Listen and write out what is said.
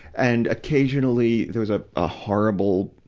and, occasionally, there was a, a horrible,